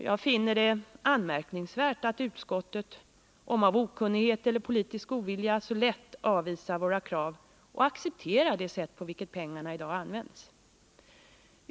Jag finner det anmärkningsvärt att utskottet, av okunnighet eller av politisk ovilja, så lätt avvisar våra krav och accepterar det sätt på vilket pengarna i dag används.